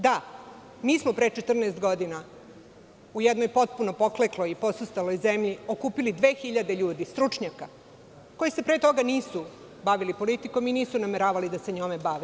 Da, mi smo pre 14 godina u jednoj potpuno poklekloj i posustaloj zemlji okupili 2.000 ljudi stručnjaka, koji se pre toga nisu bavili politikom i nisu nameravali da se njome bave.